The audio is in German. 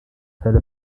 fälle